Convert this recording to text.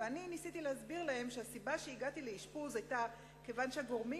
ואני ניסיתי להסביר להם שהסיבה שהגעתי לאשפוז היתה כיוון שהגורמים